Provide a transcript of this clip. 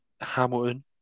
Hamilton